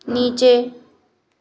नीचे